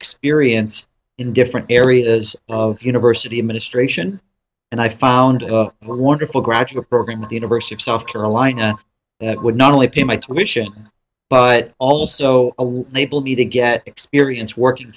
experience in different areas of university administration and i found one wonderful graduate program at the university of south carolina that would not only pay my tuition but also a label me to get experience working